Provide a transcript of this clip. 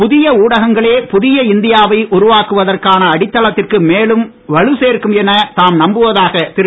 புதிய ஊடகங்களே புதிய இந்தியாவை உருவாக்குவதற்கான அடித்தளத்திற்கு மேலும் வலுச் சேர்க்கும் என தாம் நம்புவதாக திரு